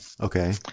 Okay